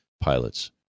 pilots